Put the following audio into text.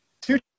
two